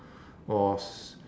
was